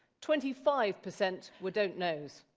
twenty five percent were don't knows.